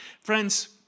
Friends